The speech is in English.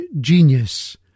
Genius